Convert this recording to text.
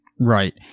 Right